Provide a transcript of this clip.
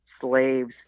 slaves